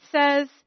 says